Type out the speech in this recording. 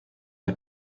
der